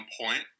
point